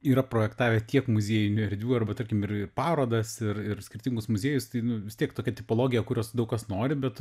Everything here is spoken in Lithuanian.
yra projektavę tiek muziejinių erdvių arba tarkim ir parodas ir ir skirtingus muziejus tai nu vis tiek tokia tipologija kurios daug kas nori bet